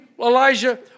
Elijah